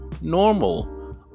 normal